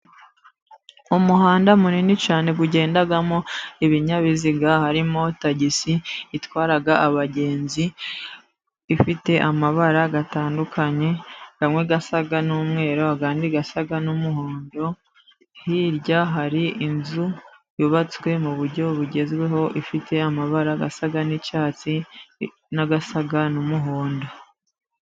Umuhanda munini cyane ugendamo ibinyabiziga harimo tagisi itwara abagenzi, ifite amabara atandukanye, amwe asa n'umweru andi asa n'umuhondo, hirya hari inzu yubatswe mu uburyo bugezweho ifite amabara asa n'icyatsi n'asa n'umuhondo.